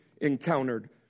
encountered